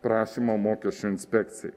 prašymą mokesčių inspekcijai